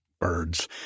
birds